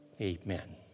amen